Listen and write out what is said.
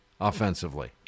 offensively